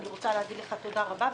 אני רוצה להגיד לך תודה רבה.